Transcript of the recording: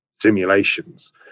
simulations